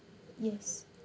yes